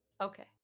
Okay